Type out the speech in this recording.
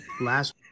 Last